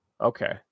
okay